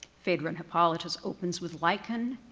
phaedra and hippolytus opens with lycon,